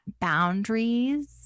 boundaries